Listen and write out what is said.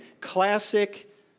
Classic